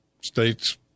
states